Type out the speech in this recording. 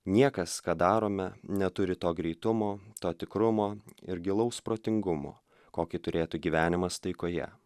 niekas ką darome neturi to greitumo to tikrumo ir gilaus protingumo kokį turėtų gyvenimas taikoje